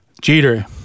Jeter